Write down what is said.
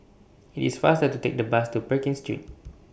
IT IS faster to Take The Bus to Pekin Street